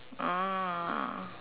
ah